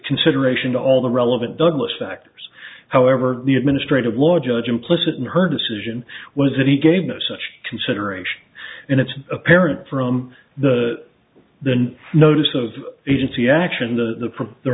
consideration to all the relevant douglass factors however the administrative law judge implicit in her decision was that he gave no such consideration in its apparent from the than notice of agency action to the